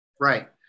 Right